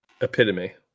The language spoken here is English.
epitome